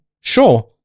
Sure